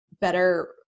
better